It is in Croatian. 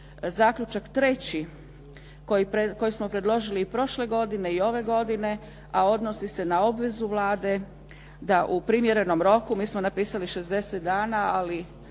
zaključak treći koji smo predložili i prošle godine i ove godine, a odnosi se na obvezu Vlade da u primjerenom roku, mi smo napisali 60 dana ali